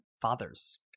fathers